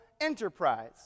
enterprise